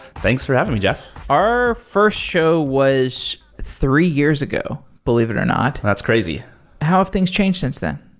thanks for having me, jeff our first show was three years ago, believe it or not. that's crazy how have things changed since then?